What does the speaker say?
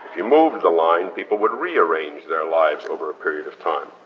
you move the line, people would rearrange their lives over a period of time,